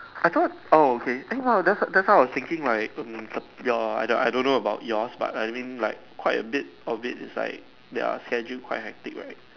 I thought oh okay eh ya that's why that's why I was thinking like um your I don't know about yours but I didn't like quite a bit of it is like their schedule quite hectic right